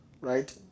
right